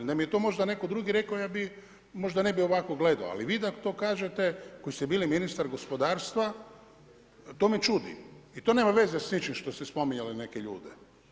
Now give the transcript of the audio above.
Da mi je to netko drugi rekao, ja bi, možda ne bi ovako gledao, ali vi da mi to kažete, koji ste bili ministar gospodarstva, to me čudi i to nema veze s ničim što ste spominjali neke ljude.